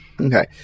Okay